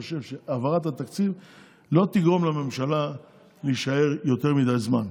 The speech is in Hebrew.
חושב שהעברת התקציב לא תגרום לממשלה להישאר יותר מדי זמן,